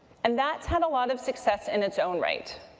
and that's had a lot of success in its own right.